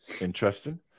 Interesting